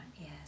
yes